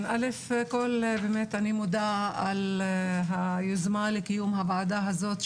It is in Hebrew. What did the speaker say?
אני מודה על היוזמה לקיום הוועדה הזאת,